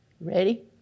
Ready